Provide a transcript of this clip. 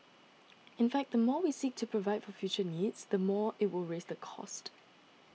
in fact the more we seek to provide for future needs the more it will raise the cost